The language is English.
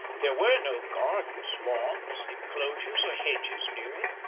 there were no gardens, lawns, inclosures or hedges near it,